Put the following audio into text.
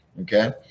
Okay